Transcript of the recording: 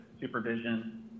supervision